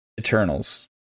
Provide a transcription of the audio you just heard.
Eternals